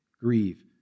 grieve